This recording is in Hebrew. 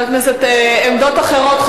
עמדות אחרות.